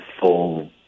full